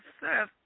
Seth